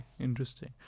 Interesting